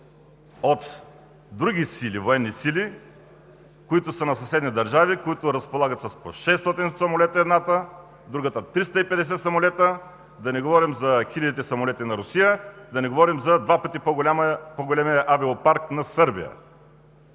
от други военни сили, които са на съседни държави, които разполагат с по 600 самолета – едната, другата с 350 самолета, да не говорим за хилядите самолети на Русия, да не говорим за два пъти по-големия авиопарк на Сърбия.